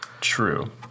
True